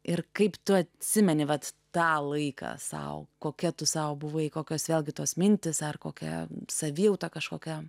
ir kaip tu atsimeni vat tą laiką sau kokia tu sau buvai kokios vėlgi tos mintys ar kokia savijauta kažkokia